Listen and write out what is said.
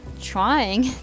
trying